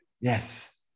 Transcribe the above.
Yes